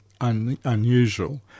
unusual